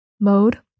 mode